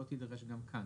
לא תידרש גם כאן.